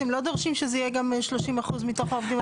ואתם לא דורשים שזה יהיה גם 30% מתוך העובדים הזרים?